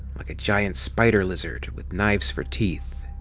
like a giant spider-lizard with knives for teeth,